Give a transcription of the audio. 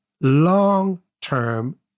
long-term